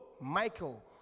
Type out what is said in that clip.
Michael